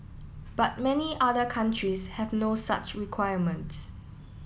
but many other countries have no such requirements